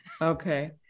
Okay